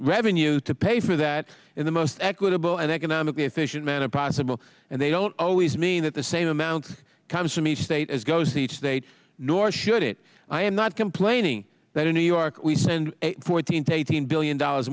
revenues to pay for that in the most equitable and economically efficient manner possible and they don't always mean that the same amount comes from each state as goes in each state nor should it i am not complaining that in new york we send fourteen to eighteen billion dollars